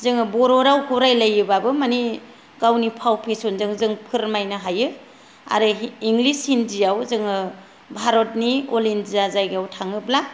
जोङो बर' रावखौ रायलायोबाबो माने जोंनि फाव फेसनजों जों फोरमायनो हायो आरो इंलिस हिन्दियाव जोङो भारतनि अल इन्डिया जायगायाव थाङोब्ला